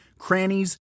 crannies